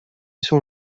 sur